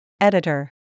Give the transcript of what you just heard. Editor